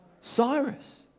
Cyrus